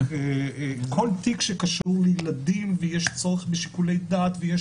כל תיק שקשור לילדים ויש צורך בשיקולי דעת ויש